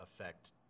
affect